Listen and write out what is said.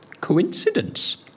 coincidence